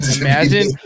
Imagine